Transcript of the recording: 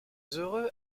heureux